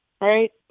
right